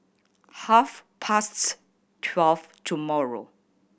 half past twelve tomorrow